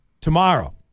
tomorrow